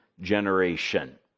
generation